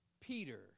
Peter